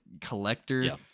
collector